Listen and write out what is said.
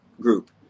group